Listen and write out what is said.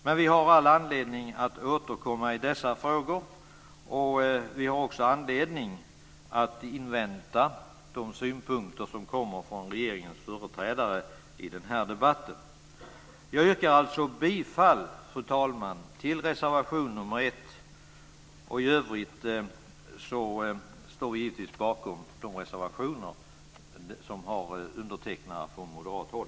Men vi har all anledning att återkomma i dessa frågor, och vi har också all anledning att invänta de synpunkter som kommer från regeringens företrädare i den här debatten. Jag yrkar alltså bifall, fru talman, till reservation 1. I övrigt står vi givetvis bakom de reservationer som är undertecknade från moderat håll.